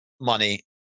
money